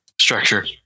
structure